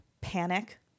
Panic